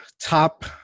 top